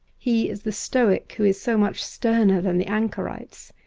he is the stoic who is so much sterner than the ancorites.